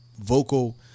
vocal